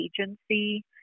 Agency